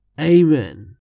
Amen